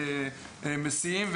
מסיעים,